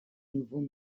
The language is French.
nouveaux